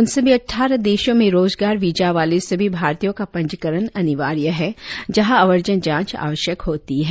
उन सभी अट्ठारह देशों में रोजगार वीजा वाले सभी भारतीयों का पंजीकरण अनिवार्य है जहां अव्रजन जांच आवश्यक होती है